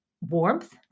warmth